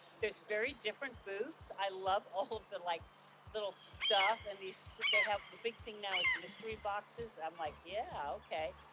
there's very different booths. i love all of the like little stuff. and these, they have the big thing now is mystery boxes. i'm like, yeah, okay.